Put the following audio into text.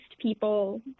people